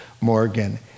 Morgan